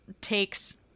takes